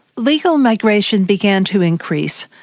legal migration began to increase,